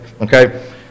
okay